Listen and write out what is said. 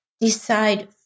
decide